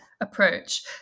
approach